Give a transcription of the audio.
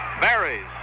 Berries